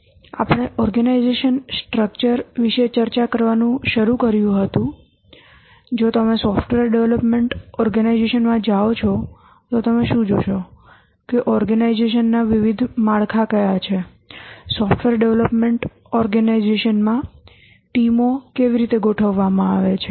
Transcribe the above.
આપણે organization structure વિશે ચર્ચા કરવાનું શરૂ કર્યું હતું કે જો તમે સોફ્ટવેર ડેવલપમેન્ટ ઓર્ગેનાઇઝેશન માં જાઓ છો તો તમે શું જોશો ઓર્ગેનાઇઝેશનનાં વિવિધ માળખાં કયા છે સોફ્ટવેર ડેવલપમેન્ટ ઓર્ગેનાઇઝેશન માં ટીમો કેવી રીતે ગોઠવવામાં આવે છે